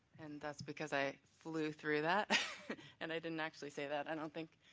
and that's because i flew through that and i didn't actually say that, i don't think.